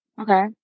okay